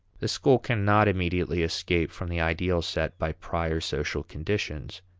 the school cannot immediately escape from the ideals set by prior social conditions.